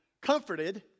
comforted